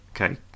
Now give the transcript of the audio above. Okay